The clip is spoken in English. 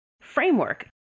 framework